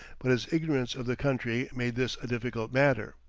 but his ignorance of the country made this a difficult matter,